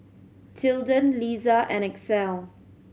Tilden Liza and Axel